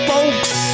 Folks